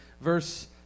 verse